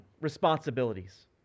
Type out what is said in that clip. responsibilities